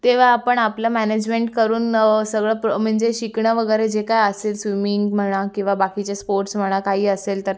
तेव्हा आपण आपलं मॅनेजमेन्ट करून सगळं प्र म्हणजे शिकणं वगैरे जे काय असेल स्विमिंग म्हणा किंवा बाकीचे स्पोट्स म्हणा काही असेल तर